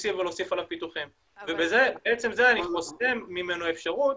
בסיסי ולהוסיף עליו פיתוחים ובעצם זה אני חוסם ממנו אפשרות